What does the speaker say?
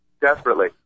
desperately